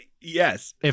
Yes